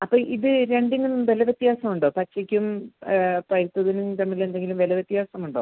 അപ്പോൾ ഇത് രണ്ടിനും വില വ്യത്യാസം ഉണ്ടോ പച്ചയ്ക്കും പഴുത്തതിനും തമ്മിൽ എന്തെങ്കിലും വില വ്യത്യാസം ഉണ്ടോ